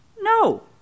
No